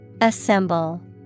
Assemble